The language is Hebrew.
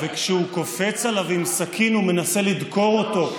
כשהוא קופץ עליו עם סכין ומנסה לדקור אותו,